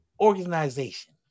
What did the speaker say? organization